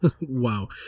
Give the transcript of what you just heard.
Wow